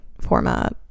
format